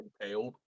impaled